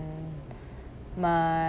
my